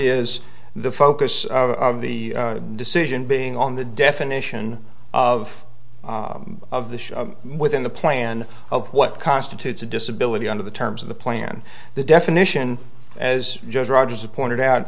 is the focus of the decision being on the definition of of this within the plan of what constitutes a disability under the terms of the plan the definition as judged rogers of pointed out